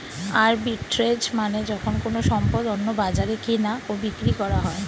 arbitrage মানে যখন কোনো সম্পদ অন্য বাজারে কেনা ও বিক্রি করা হয়